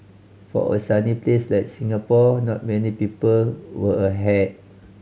for a sunny place like Singapore not many people wear a hat